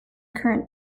current